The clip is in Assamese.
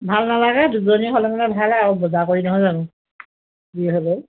ভাল নালাগে দুজনী হ'লে মানে ভালে আৰু বজাৰ কৰি নহয় জানো যি হ'লেও